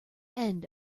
end